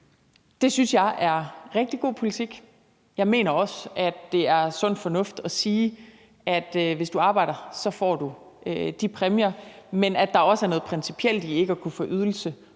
Det synes jeg er rigtig god politik. Jeg mener også, at det er sund fornuft at sige, at hvis du arbejder, så får du de præmier, men der er også noget principielt i ikke at kunne få en ydelse